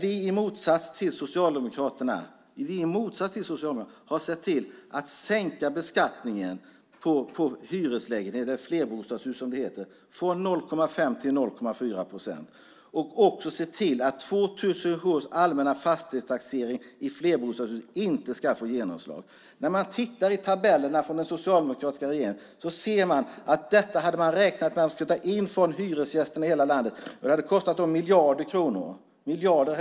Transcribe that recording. I motsats till Socialdemokraterna har vi sett till att sänka beskattningen på hyreslägenheter - eller flerbostadshus som det heter - från 0,5 till 0,4 procent och också sett till att 2007 års allmänna fastighetstaxering i flerbostadshus inte ska få genomslag. Ur tabellerna från den socialdemokratiska regeringen framgår att man hade räknat med att man skulle ta in detta från hyresgästerna i hela landet. Det hade kostat dem miljarder kronor.